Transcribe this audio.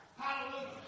Hallelujah